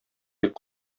бик